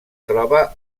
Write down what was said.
troba